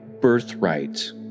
birthright